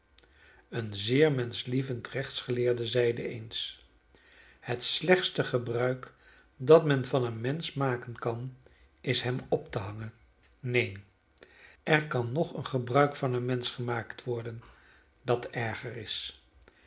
een zeer menschlievend rechtsgeleerde zeide eens het slechtste gebruik dat men van een mensch maken kan is hem op te hangen neen er kan nog een gebruik van een mensch gemaakt worden dat erger is